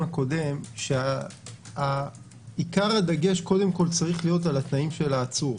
הקודם שעיקר הדגש צריך להיות על התנאים של העצור.